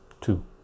two